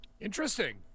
interesting